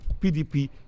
PDP